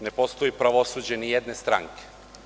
Ne postoji pravosuđe ni jedne stranke.